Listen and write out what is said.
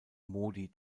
modi